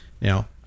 Now